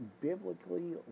biblically